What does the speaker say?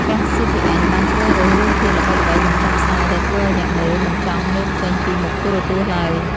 ប៉ុស្តិ៍ស៊ីធីអិនបានជ្រើសរើសរឿងភាគល្បីៗមកចាក់ផ្សាយដែលធ្វើឱ្យអ្នកមើលមិនចង់ងើបចេញពីមុខទូរទស្សន៍ឡើយ។